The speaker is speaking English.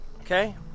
okay